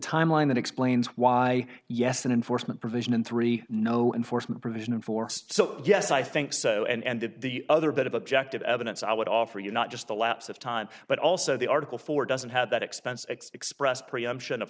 time line that explains why yes an enforcement provision and three no enforcement provision in force so yes i think so and the other bit of objective evidence i would offer you not just the lapse of time but also the article four doesn't have that expense expressed preemption of